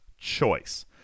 choice